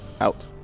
Out